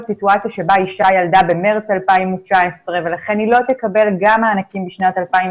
סיטואציה בה אישה ילדה במארס 2019 ולכן היא לא תקבל מענקים בשנת 2020